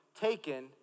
taken